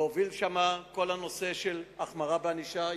להוביל את כל הנושא של החמרה בענישה.